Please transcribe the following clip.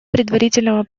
предварительного